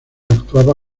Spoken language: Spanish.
actuaba